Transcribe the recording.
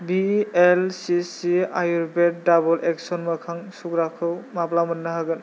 V L C C Ayurveda डाबोल एक्स'न मोखां सुग्राखौ माब्ला मोननो हागोन